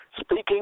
speaking